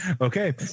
Okay